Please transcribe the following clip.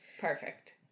Perfect